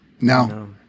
No